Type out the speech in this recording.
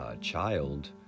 child